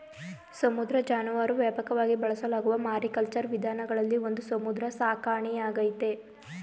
ಸಮುದ್ರ ಜಾನುವಾರು ವ್ಯಾಪಕವಾಗಿ ಬಳಸಲಾಗುವ ಮಾರಿಕಲ್ಚರ್ ವಿಧಾನಗಳಲ್ಲಿ ಒಂದು ಸಮುದ್ರ ಸಾಕಣೆಯಾಗೈತೆ